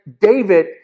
David